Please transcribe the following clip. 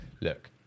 look